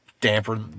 damper